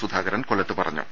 സുധാകരൻ കൊ ല്ലത്ത് പറഞ്ഞു